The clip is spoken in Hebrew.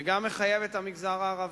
זה גם מחייב את המגזר הערבי.